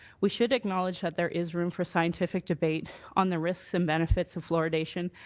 we should acknowledge that there is room for scientific debate on the risks and benefits of fluoridation,